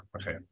okay